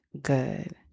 good